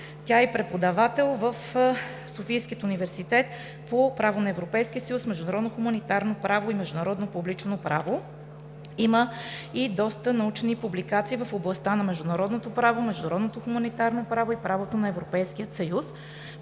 Тя е и преподавател в Софийския университет по право на Европейския съюз, международно хуманитарно право и международно публично право. Има и доста научни публикации в областта на международното право, международното хуманитарно право и правото на Европейския съюз.